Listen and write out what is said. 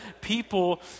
people